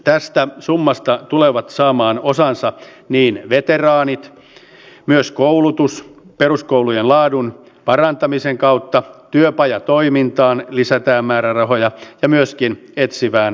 tästä summasta tulevat saamaan osansa veteraanit myös koulutus peruskoulujen laadun parantamisen kautta työpajatoimintaan lisätään määrärahoja ja myöskin etsivään nuorisotyöhön